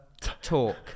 talk